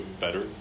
better